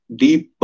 deep